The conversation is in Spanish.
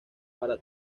para